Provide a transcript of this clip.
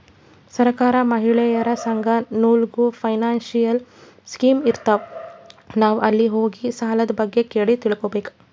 ಸಹಕಾರ, ಮಹಿಳೆಯರ ಸಂಘ ನಾಗ್ನೂ ಫೈನಾನ್ಸಿಯಲ್ ಸ್ಕೀಮ್ ಇರ್ತಾವ್, ನಾವ್ ಅಲ್ಲಿ ಹೋಗಿ ಸಾಲದ್ ಬಗ್ಗೆ ಕೇಳಿ ತಿಳ್ಕೋಬೇಕು